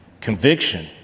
conviction